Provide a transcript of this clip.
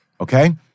Okay